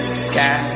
sky